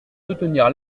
soutenir